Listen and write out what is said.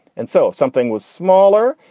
and so if something was smaller,